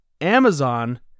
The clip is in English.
Amazon